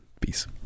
peace